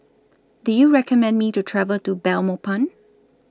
Do YOU recommend Me to travel to Belmopan